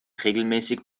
regelmäßig